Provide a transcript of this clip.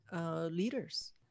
leaders